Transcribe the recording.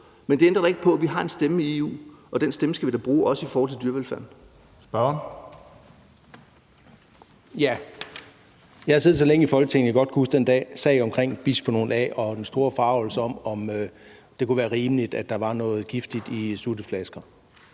Men det ændrer ikke på, at vi har en stemme i EU, og den stemme skal vi da bruge, også i forhold til dyrevelfærden.